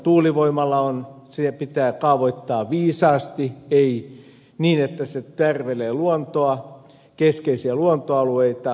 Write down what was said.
tuulivoimalla on siihen pitää kaavoittaa viisaasti ei niin että se tärvelee luontoa keskeisiä luontoalueita